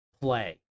play